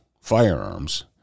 firearms